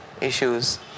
issues